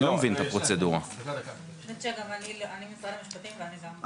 אני משרד המשפטים וגם אני לא מבינה.